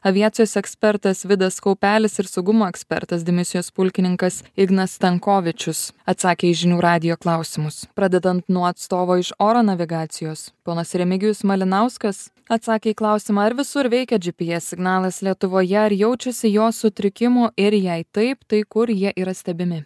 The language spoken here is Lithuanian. aviacijos ekspertas vidas kaupelis ir saugumo ekspertas dimisijos pulkininkas ignas stankovičius atsakė į žinių radijo klausimus pradedant nuo atstovo iš oro navigacijos ponas remigijus malinauskas atsakė į klausimą ar visur veikia gps signalas lietuvoje ar jaučiasi jo sutrikimų ir jei taip tai kur jie yra stebimi